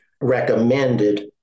recommended